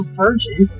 virgin